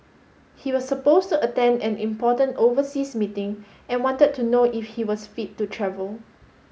he was supposed to attend an important overseas meeting and wanted to know if he was fit to travel